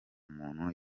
muntu